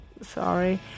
Sorry